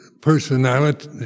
personality